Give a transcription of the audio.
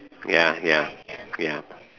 ya ya ya